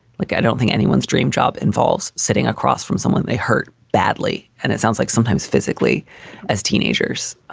like, i don't think anyone's dream job involves sitting across from someone they hurt badly. and it sounds like sometimes physically as teenagers,